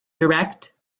direct